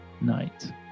night